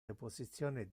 deposizione